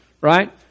right